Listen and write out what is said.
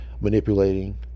manipulating